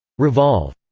revolve,